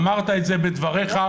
אמרת את זה בדבריך,